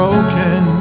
Broken